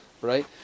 right